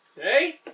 Hey